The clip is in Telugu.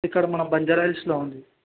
ఇక్కడ మన బంజరా హిల్స్లో ఉంది